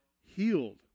healed